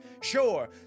sure